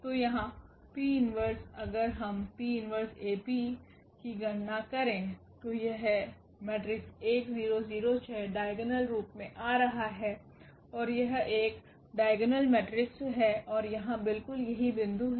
तो यहाँ P 1 और अगर हम 𝑃−1𝐴𝑃 की गणना करते हैं तो यह डाइगोनल रूप में आ रहा है और यह एक डाइगोनल मेट्रिक्स है और यहाँ बिल्कुल यही बिंदु है